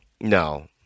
No